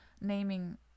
naming